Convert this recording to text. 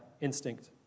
instinct